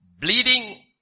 Bleeding